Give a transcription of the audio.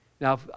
Now